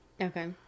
Okay